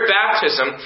baptism